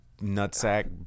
nutsack